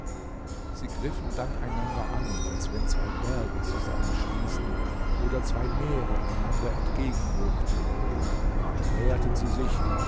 sie griffen dann einander an als wenn zwei berge zusammenstießen oder zwei meere einander entgegenwogten bald näherten sie sich